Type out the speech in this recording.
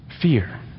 Fear